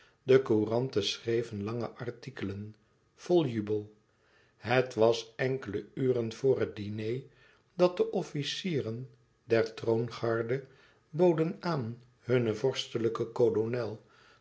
de couranten schreven lange artikelen vol jubel het was enkele uren vor het diner dat de officieren der troongarde boden aan hun vorstelijken kolonel